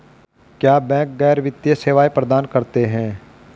क्या बैंक गैर वित्तीय सेवाएं प्रदान करते हैं?